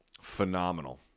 phenomenal